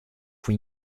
fue